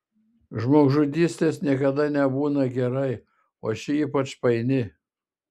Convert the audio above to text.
žmogžudystės niekada nebūna gerai o ši ypač paini